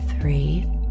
three